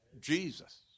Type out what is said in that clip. Jesus